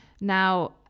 Now